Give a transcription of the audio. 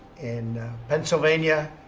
in pennsylvania.